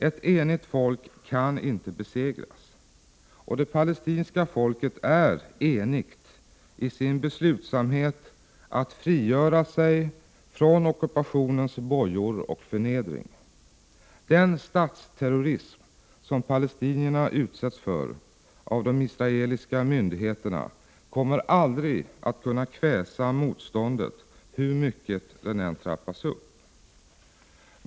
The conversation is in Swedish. Ett enigt folk kan inte besegras, och det palestinska folket är enigt i sin beslutsamhet att frigöra sig från ockupationens bojor och förnedring. Den statsterrorism som palestinierna utsätts för av de israeliska myndigheterna kommer aldrig att kunna kväsa motståndet, hur mycket den än trappas upp. Herr talman!